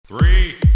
Three